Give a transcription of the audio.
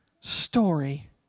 story